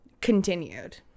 continued